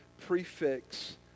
prefix